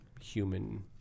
human